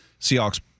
Seahawks